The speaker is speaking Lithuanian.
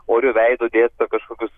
oriu veidu dėsto kažkokius